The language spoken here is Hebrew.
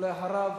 אחריו,